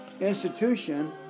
institution